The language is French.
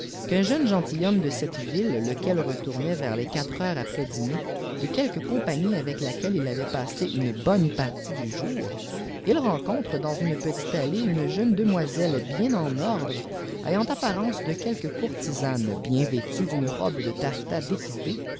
qu'un jeune genbilhomme de cette ville lequel retournait vei les quatre heures après dînët de quckpie compagnie avec laquelle il avait passé une bonne phrtie du jour îl rencontrcj dans une petite allée une jeune demoiselle bien cri ordre ayant apparence de quelqip courtisane bien vé trie d unc robe de taffetas découpé